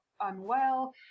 unwell